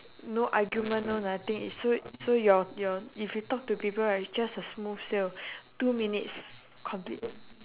no argument no nothing and so so your your if you talk to people right it's just a smooth sail two minutes complete